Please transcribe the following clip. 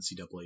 NCAA